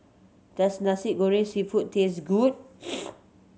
does Nasi Goreng Seafood taste good